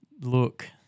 Look